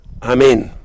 Amen